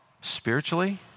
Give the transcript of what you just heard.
spiritually